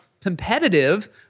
competitive